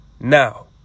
now